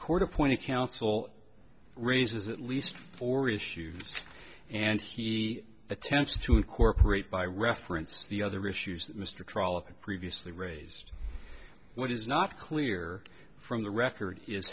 court appointed counsel raises at least four issues and he attempts to incorporate by reference the other issues that mr trollop previously raised what is not clear from the record is